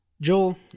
Joel